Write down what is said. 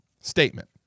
statement